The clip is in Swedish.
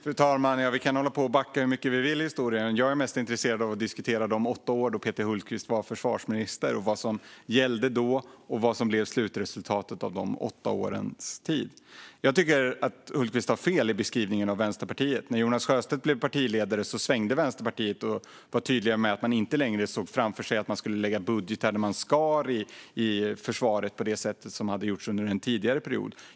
Fru talman! Vi kan hålla på och backa hur mycket vi vill i historien; jag är mest intresserad av att diskutera de åtta år då Peter Hultqvist var försvarsminister, vad som gällde då och vad som blev slutresultatet av dessa åtta år. Jag tycker att Hultqvist har fel i beskrivningen av Vänsterpartiet. När Jonas Sjöstedt blev partiledare svängde Vänsterpartiet och var tydligt med att man inte längre såg framför sig att lägga budgetar där man skar i försvaret på det sätt som hade gjorts under en tidigare period.